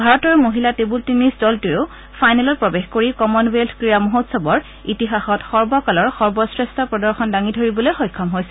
ভাৰতৰ মহিলা table tennis দলটোৱেও ফাইনেলত প্ৰৱেশ কৰি কমনৱেলথ ক্ৰীড়া মহোৎসৱৰ ইতিহাসত সৰ্বকালৰ সৰ্বশ্ৰেষ্ঠ প্ৰদৰ্শন দাঙি ধৰিবলৈ সক্ষম হৈছে